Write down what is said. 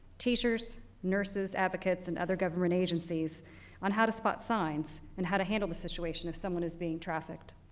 teachers, nurses, advocates, and other government agencies on how to spot signs and how to handle the situation if someone is being trafficked.